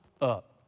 up